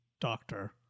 doctor